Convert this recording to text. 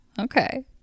okay